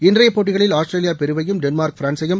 இன்றைய போட்டிகளில் ஆஸ்திரேலியா பெருவையும் டென்மார்க் ஃபிரான்ஸையும்